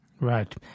Right